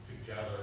together